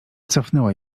cofnęła